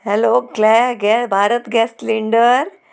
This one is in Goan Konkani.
हॅलो क्लॅ गॅ भारत गॅस सिलींडर